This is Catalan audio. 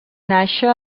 nàixer